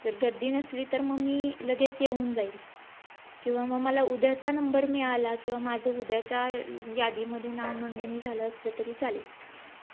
जर गर्दी नसली तर मग मी लगेच येऊन जाईल किंवा म मला उद्याचा नंबर मिळाला किंवा माझं उद्याच्या यादीमधे नावनोंदणी झालं असलं तरी चालेल